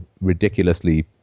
ridiculously